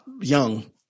young